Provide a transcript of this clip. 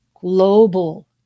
global